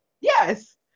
yes